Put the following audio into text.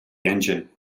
engine